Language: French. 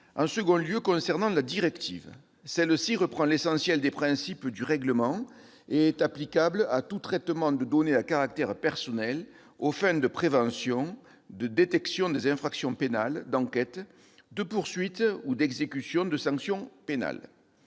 En second lieu, concernant la directive, celle-ci reprend l'essentiel des principes du règlement et est applicable à tout traitement de données à caractère personnel aux fins de prévention, de détection des infractions pénales, d'enquêtes, de poursuites ou d'exécution de sanctions pénales.